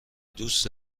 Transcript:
دوست